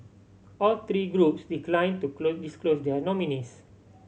all three groups decline to disclose their nominees